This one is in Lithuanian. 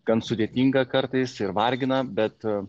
gan sudėtinga kartais ir vargina bet